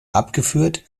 abgeführt